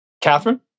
Catherine